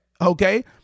okay